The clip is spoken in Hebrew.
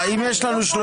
יתאפשר להם לדבר מחדש,